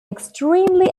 extremely